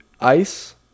Ice